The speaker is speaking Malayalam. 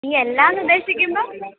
ഈയെല്ലാമെന്നുദ്ദേശിക്കുന്നത്